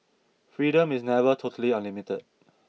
freedom is never totally unlimited